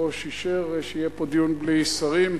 היושב-ראש אישר שיהיה פה דיון בלי שרים,